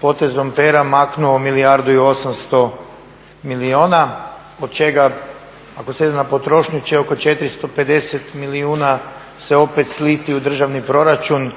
potezom pera maknuo milijardu i 800 milijuna od čega, ako … će oko 450 milijuna se opet sliti u državni proračun,